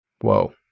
Whoa